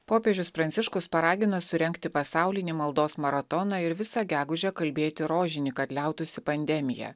popiežius pranciškus paragino surengti pasaulinį maldos maratoną ir visą gegužę kalbėti rožinį kad liautųsi pandemija